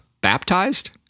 baptized